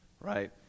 right